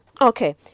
Okay